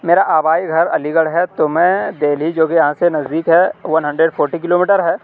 میرا آبائی گھر علی گڑھ ہے تو میں دہلی جوکہ یہاں سے نزدیک ہے one hundred forty kilometre ہے